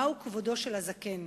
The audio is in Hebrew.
מהו כבודו של הזקן.